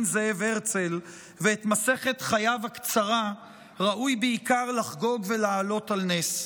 זאב הרצל ואת מסכת חייו הקצרה ראוי בעיקר לחגוג ולהעלות על נס.